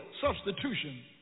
substitution